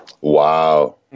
Wow